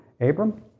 Abram